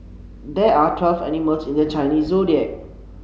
there are twelve animals in the Chinese Zodiac